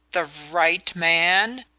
the right man?